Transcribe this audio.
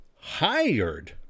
hired